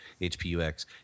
HPUX